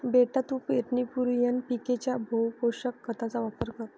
बेटा तू पेरणीपूर्वी एन.पी.के च्या बहुपोषक खताचा वापर कर